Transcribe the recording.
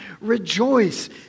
rejoice